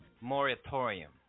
moratorium